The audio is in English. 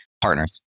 partners